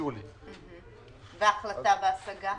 והחלטה בהסגה